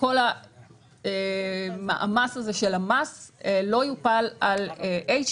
ושכל המעמסה הזו של המס לא תיפול על HP